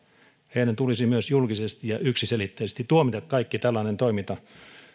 heidän tulisi myös julkisesti ja yksiselitteisesti tuomita kaikki tällainen toiminta